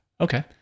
Okay